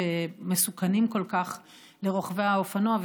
שמסוכנים כל כך לרוכבי האופנוע.